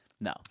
no